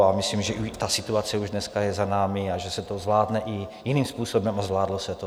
A myslím, že i ta situace je už dneska za námi a že se to zvládne i jiným způsobem, a zvládlo se to.